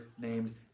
named